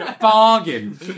Bargain